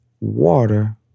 Water